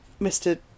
Mr